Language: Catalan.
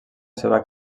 seva